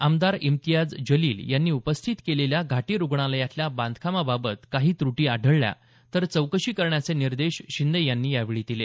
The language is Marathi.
आमदार इम्तियाज जलील यांनी उपस्थित केलेल्या घाटी रुग्णालयातल्या बांधकामाबाबत काही त्र्टी आढळल्या तर चौकशी करण्याचे निर्देश शिंदे यांनी यावेळी दिले